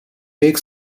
big